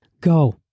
Go